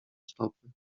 stopy